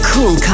Cool